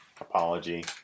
apology